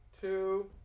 two